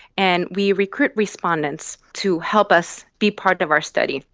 and we recruit respondents to help us be part of our study.